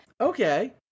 Okay